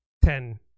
ten